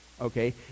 okay